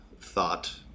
thought